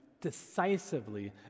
decisively